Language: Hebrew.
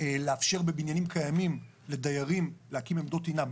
לאפשר בבניינים קיימים לדיירים להקים עמדות טעינה.